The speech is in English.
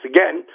Again